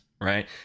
right